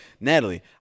Natalie